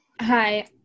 Hi